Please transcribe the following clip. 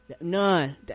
None